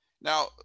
Now